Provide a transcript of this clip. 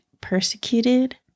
persecuted